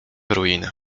ruin